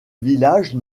village